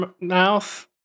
mouth